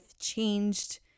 changed